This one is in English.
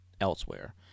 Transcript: elsewhere